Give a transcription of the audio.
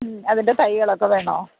അതിൻറെ തൈകളൊക്കെ വേണോ